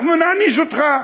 אנחנו נעניש אותך.